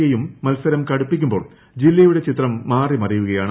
A യും മത്സരം കൂടുപ്പിക്കുമ്പോൾ ജില്ലയുടെ ചിത്രം മാറി മറിയുകയാണ്